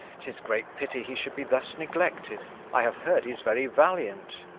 tis great pity he should be thus neglected i have heard he s very valiant.